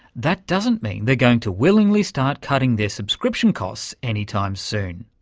that doesn't mean they're going to willingly start cutting their subscription costs anytime soon.